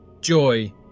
Joy